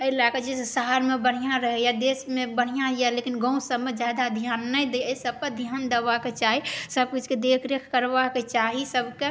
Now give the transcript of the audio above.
एहि लएके जे शहरमे बढ़िऑं रहैए देशमे बढ़िऑं यऽ लेकिन गाँव सभमे जादा ध्यान नहि दैया एहि सब पर ध्यान देबाके चाही सब किछुके देखरेख करबाके चाही सबके